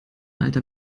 alter